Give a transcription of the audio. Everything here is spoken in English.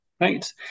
right